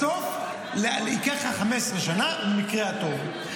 בסוף ייקח לך 15 שנים במקרה הטוב.